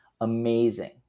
amazing